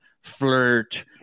flirt